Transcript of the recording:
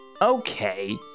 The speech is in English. Okay